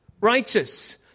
righteous